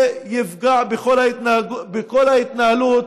זה יפגע בכל ההתנהלות